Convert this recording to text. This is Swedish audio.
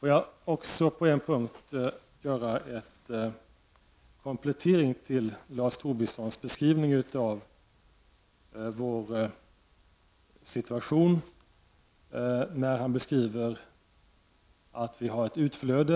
Låt mig också på en punkt göra en komplettering av Lars Tobissons beskrivning av vår situation. Han menar där att vi har ett utflöde.